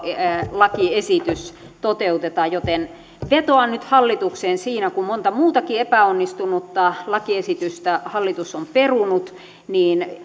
lakiesitys toteutetaan joten vetoan nyt hallitukseen siinä että kun monta muutakin epäonnistunutta lakiesitystä hallitus on perunut niin